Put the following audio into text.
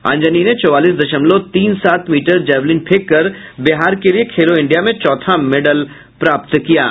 अंजनी ने चौवालीस दशमलव तीन सात मीटर जैवलिन फेंक कर बिहार के लिये खेलो इंडिया में चौथा मेडल प्राप्त किया है